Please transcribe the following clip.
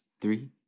Three